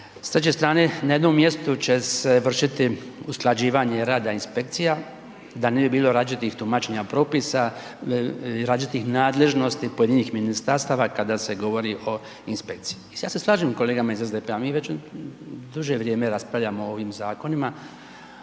S treće strane, na jednom mjestu će se vršiti usklađivanje rada inspekcija da ne bi bilo različitih tumačenja propisa, različitih nadležnosti pojedinih ministarstava kada se govori o inspekciji. Sad se slažem s kolegama iz SDP-a, mi već duže vrijeme raspravljamo o ovim zakonima,